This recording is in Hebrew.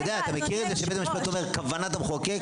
אתה מכיר את זה שבית המשפט אומר כוונת המחוקק?